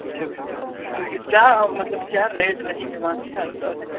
अच्छा भाई साहब तो वही क्या मतलब क्या रेट रहेंगे वहाँ के आसपास के